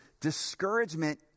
Discouragement